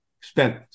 spent